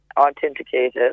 authenticated